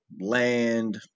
land